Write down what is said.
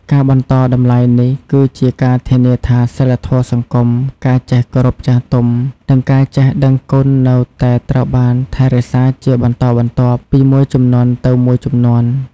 ការបន្តតម្លៃនេះ គឺជាការធានាថាសីលធម៌សង្គម ការចេះគោរពចាស់ទុំ និងការចេះដឹងគុណនៅតែត្រូវបានថែរក្សាជាបន្តបន្ទាប់ពីមួយជំនាន់ទៅមួយជំនាន់។